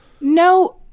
No